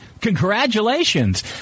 Congratulations